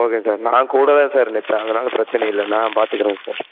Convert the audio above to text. okay sir நான் கூட தான் சார் நிற்பேன் அதனாலே பிரச்சினை இல்லை நான் பார்த்துக்குறேன் சார்